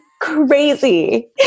crazy